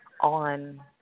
on